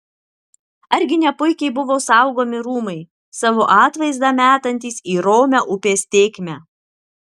argi ne puikiai buvo saugomi rūmai savo atvaizdą metantys į romią upės tėkmę